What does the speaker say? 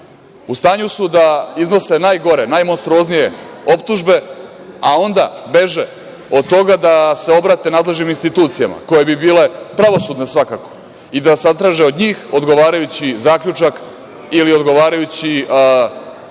u stanju su da iznose najgore, najmonstruoznije optužbe, a onda beže od toga da se obrate nadležnim institucijama koje bi bile pravosudne svakako i da zatraže od njih odgovarajući zaključak ili odgovarajući